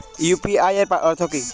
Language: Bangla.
ইউ.পি.আই এর অর্থ কি?